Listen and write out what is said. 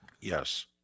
Yes